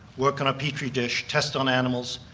work on a petri dish, test on animals,